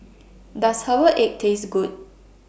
Does Herbal Egg Taste Good